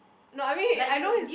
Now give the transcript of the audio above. no I mean he I know his